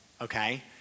okay